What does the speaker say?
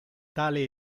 tale